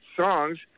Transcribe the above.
songs